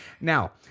Now